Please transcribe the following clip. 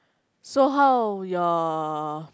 so how your